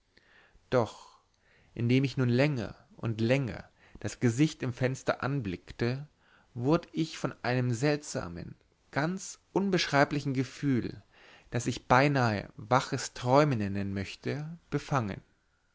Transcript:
doch indem ich nun länger und länger das gesicht im fenster anblickte wurd ich von einem seltsamen ganz unbeschreiblichen gefühl das ich beinahe waches träumen nennen möchte befangen